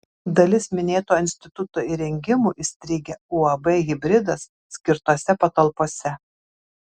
dalis minėto instituto įrengimų įstrigę uab hibridas skirtose patalpose